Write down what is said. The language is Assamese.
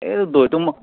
এই দৈটো ম'হৰ